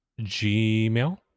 Gmail